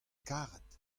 karet